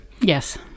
Yes